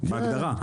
בהגדרה,